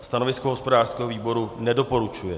Stanovisko hospodářského výboru nedoporučuje.